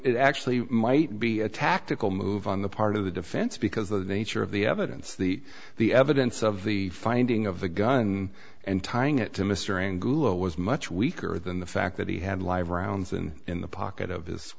it actually might be a tactical move on the part of the defense because the nature of the evidence the the evidence of the finding of the gun and tying it to mr anglo was much weaker than the fact that he had live rounds and in the pocket of his